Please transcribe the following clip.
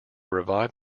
revive